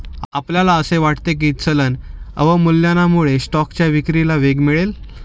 आपणास असे वाटते की चलन अवमूल्यनामुळे स्टॉकच्या विक्रीला वेग मिळेल?